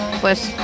pues